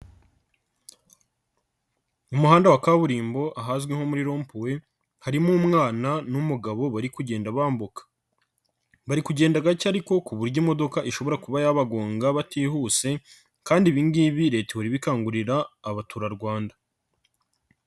Mu muhanda wa kaburimbo ahazwi nko muri ropuwe, harimo umwana n'umugabo bari kugenda bambuka. Bari kugenda gake ariko ku buryo imodoka ishobora kuba yabagonga batihuse kandi ibingibi leta ihora ibikangurira abaturarwanda.